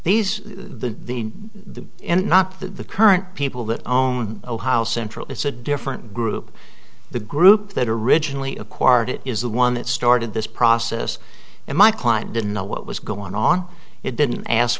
end not the current people that own oh how central it's a different group the group that originally acquired it is the one that started this process and my client didn't know what was going on it didn't ask